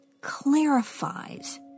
clarifies